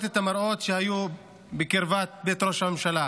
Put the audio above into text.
את המראות שנראו בקרבת בית ראש הממשלה.